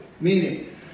Meaning